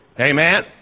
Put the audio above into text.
Amen